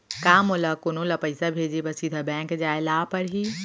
का मोला कोनो ल पइसा भेजे बर सीधा बैंक जाय ला परही?